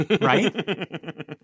right